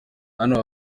hano